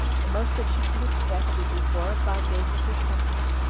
the most that she could expect would be four or five days of his company,